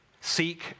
Seek